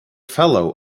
fellow